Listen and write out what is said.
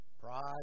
Pride